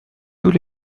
tous